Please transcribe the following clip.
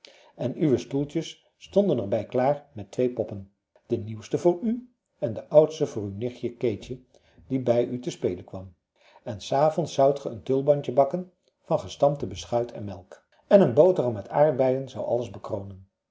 en uwe stoeltjes stonden er bij klaar met twee poppen de nieuwste voor u en de oudste voor uw nichtje keetje die bij u te spelen kwam en s avonds zoudt ge een tulbandje bakken van gestampte beschuit en melk en een boterham met aardbeien zou alles bekronen